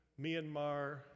Myanmar